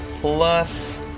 plus